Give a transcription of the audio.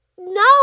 No